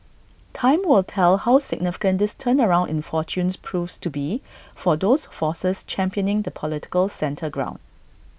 time will tell how significant this turnaround in fortunes proves to be for those forces championing the political centre ground